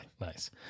Nice